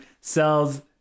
sells